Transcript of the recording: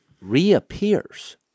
reappears